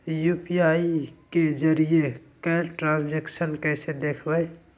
UPI के जरिए कैल ट्रांजेक्शन कैसे देखबै?